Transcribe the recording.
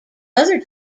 other